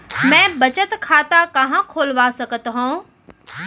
मै बचत खाता कहाँ खोलवा सकत हव?